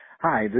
Hi